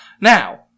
Now